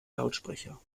lautsprecher